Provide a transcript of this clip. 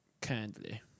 Kindly